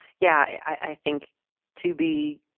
yeah. i think to be.